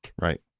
right